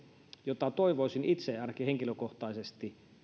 jota toivoisin itse ainakin henkilökohtaisesti että